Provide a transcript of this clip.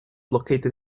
located